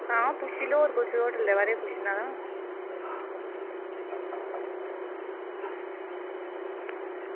आं पुच्छी लैओ अगर होर कुछ होटल दे बारै च पुच्छना ऐ ते